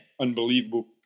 unbelievable